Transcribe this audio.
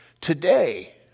Today